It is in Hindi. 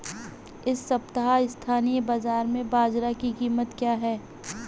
इस सप्ताह स्थानीय बाज़ार में बाजरा की कीमत क्या है?